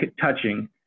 touching